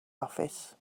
office